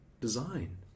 design